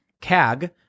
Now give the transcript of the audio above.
CAG